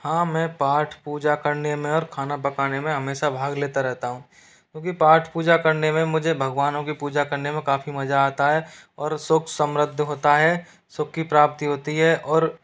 हाँ मैं पाठ पूजा करने में और खाना पकाने में हमेशा भाग लेता रहता हूँ क्योंकि पाठ पूजा करने में मुझे भगवानों की पूजा करने में काफ़ी मजा आता है और सुख संवृद्धि होता है सुख की प्राप्ति होती है और